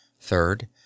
Third